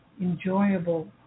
enjoyable